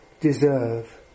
deserve